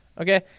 Okay